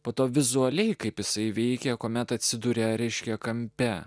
po to vizualiai kaip jisai veikia kuomet atsiduria reiškia kampe